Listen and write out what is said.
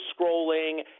scrolling